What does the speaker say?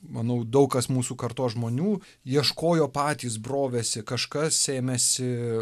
manau daug kas mūsų kartos žmonių ieškojo patys brovėsi kažkas ėmėsi